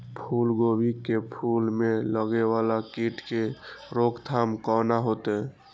फुल गोभी के फुल में लागे वाला कीट के रोकथाम कौना हैत?